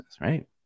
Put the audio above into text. right